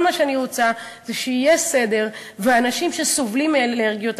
כל מה שאני רוצה זה שיהיה סדר ואנשים שסובלים מאלרגיות,